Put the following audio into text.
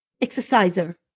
exerciser